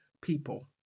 people